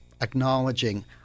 acknowledging